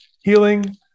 healing